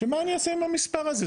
שמה אני אעשה עם המספר הזה?